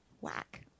Whack